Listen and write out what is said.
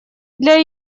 для